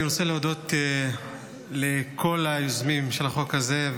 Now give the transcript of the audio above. אני רוצה להודות לכל היוזמים של החוק הזה,